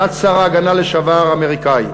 תת-שר ההגנה האמריקני לשעבר.